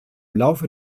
laufe